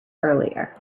earlier